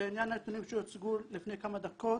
לעניין הנתונים שהוצגו לפני כמה דקות,